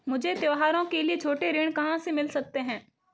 मुझे त्योहारों के लिए छोटे ऋृण कहां से मिल सकते हैं?